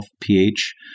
pH